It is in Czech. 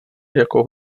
jako